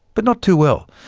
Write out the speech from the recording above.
but not too well.